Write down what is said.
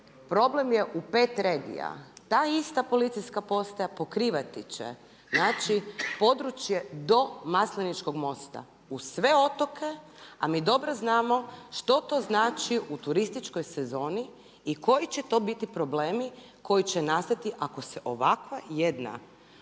problem je u 5 regija. Ta ista policijska postaja pokrivati će znači područje do Masleničkog mosta, uz sve otoke. A mi dobro znamo što to znači u turističkoj sezoni i koji će to biti problemi koji će nastati ako se ovakva jedna